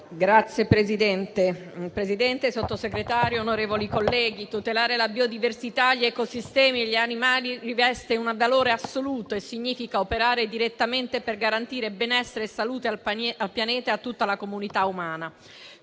Signor Presidente, signor Sottosegretario, onorevoli colleghi, tutelare la biodiversità, gli ecosistemi e gli animali riveste un valore assoluto e significa operare direttamente per garantire benessere e salute al pianeta e a tutta la comunità umana.